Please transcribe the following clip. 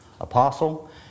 apostle